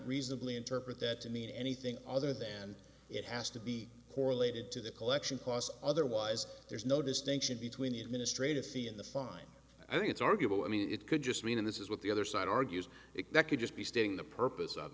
reasonably interpret that to mean anything other than it has to be correlated to the collection cost otherwise there's no distinction between the administrative fee in the fine i mean it's arguable i mean it could just mean this is what the other side argues it that could just be stating the purpose of